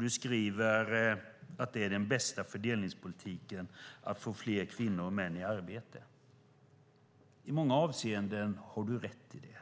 Du skriver att den "bästa fördelningspolitiken är att få fler kvinnor och män i arbete". I många avseenden har du rätt i det,